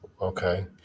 Okay